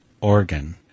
Organ